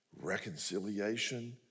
reconciliation